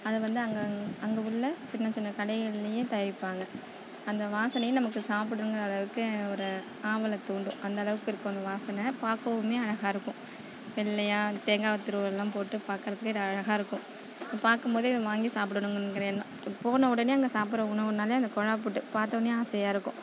அதை வந்து அங்கே அங்கே உள்ள சின்ன சின்ன கடைகள்லேயே தயாரிப்பாங்க அந்த வாசனையே நமக்கு சாப்புடணுங்கற அளவுக்கு ஒரு ஆவலை தூண்டும் அந்தளவுக்கு இருக்கும் அந்த வாசனை பார்க்கவுமே அழகாக இருக்கும் வெள்ளையா தேங்காய் திருவல்லம் போட்டு பார்க்கறதுக்கே அது அழகாக இருக்கும் பார்க்கும் போது அதை வாங்கி சாப்புடணுங்கற எண்ணம் போன உடனே அங்கே சாப்புடுற உணவுனால் அந்த குழா புட்டு பார்த்தோனே ஆசையாக இருக்கும்